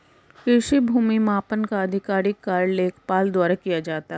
कृषि भूमि मापन का आधिकारिक कार्य लेखपाल द्वारा किया जाता है